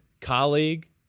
colleague